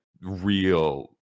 real